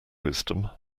wisdom